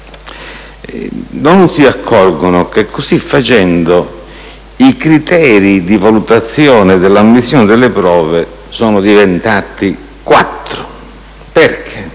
Non si accorgono che, così facendo, i criteri di valutazione dell'ammissione delle prove sono diventati quattro. Perché?